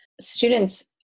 students